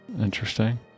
Interesting